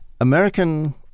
American